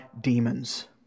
demons